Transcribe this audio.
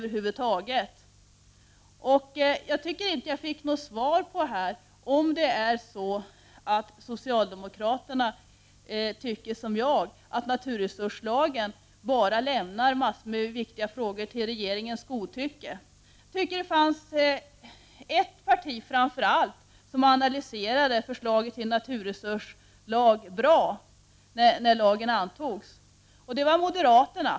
Jag har inte fått något riktigt svar på frågan om socialdemokraterna tycker som jag, att naturresurslagen bara lämnar en mängd viktiga frågor till regeringens godtyckte. Jag tycker att det framför allt fanns ett parti som analyserade förslaget till naturresurslag bra när lagen antogs. Det var moderata samlingspartiet.